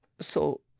So